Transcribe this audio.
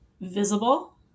visible